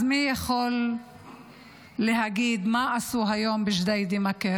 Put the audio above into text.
אז מי יכול להגיד מה עשו היום בג'דיידה-מכר?